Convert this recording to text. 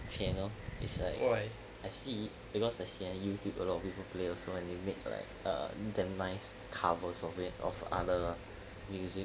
piano is like I see because I see on Youtube a lot of people play also and they make like err damn nice covers of it of other music